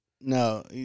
No